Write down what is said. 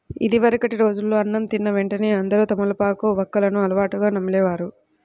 ఇదివరకటి రోజుల్లో అన్నం తిన్న వెంటనే అందరూ తమలపాకు, వక్కలను అలవాటుగా నమిలే వారు